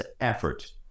effort